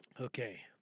Okay